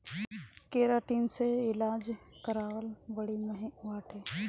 keratin से इलाज करावल बड़ी महँग बाटे